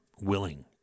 willing